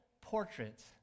portraits